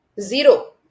Zero